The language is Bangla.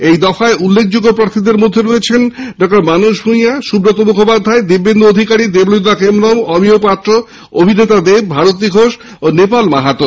এই দফায় উল্লেখযোগ্য প্রার্থীদের মধ্যে রয়েছেন ডক্টর মানস ভুঁইয়া সুব্রত মুখোপাধ্যায় দিব্যেন্দু অধিকারী দেবলীনা হেমব্রম অমিয় পাত্র অভিনেতা দেব ভারতী ঘোষ ও নেপাল মাহাতো